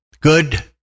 good